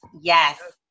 Yes